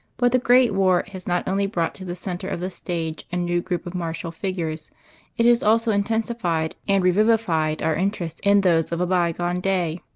but the great war has not only brought to the center of the stage a new group of martial figures it has also intensified and revivified our interest in those of a bygone day.